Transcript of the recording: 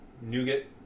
nougat